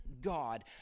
God